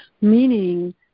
meaning